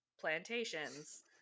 plantations